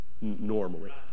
Normally